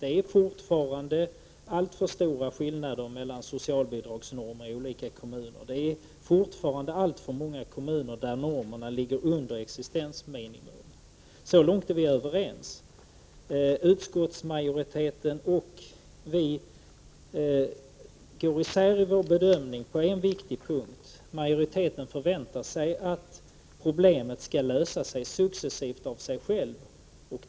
Det är fortfarande alltför stora skillnader mellan socialbidragsnormerna i olika kommuner och det är fortfarande i alltför många kommuner som normerna ligger under existensminimum. Så långt är vi överens. Men utskottsmajoriteten och vi reservanter går i sär i vår bedömning på en viktig punkt: Majoriteten förväntar sig att problemet skall lösa sig successivt av sig självt.